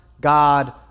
God